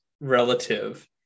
relative